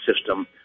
system